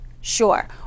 sure